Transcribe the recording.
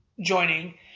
joining